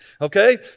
okay